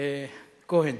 כהן.